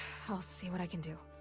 i'll see what i can do.